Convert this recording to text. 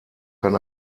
kann